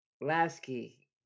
Lasky